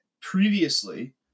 Previously